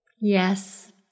Yes